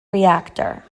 reactor